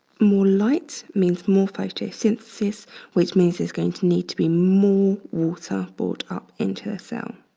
more light means more photosynthesis which means it's going to need to be more water brought up into the cell.